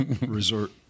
resort